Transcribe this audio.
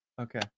Okay